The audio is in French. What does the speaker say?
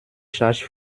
charges